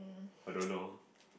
I don't know